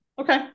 Okay